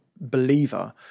believer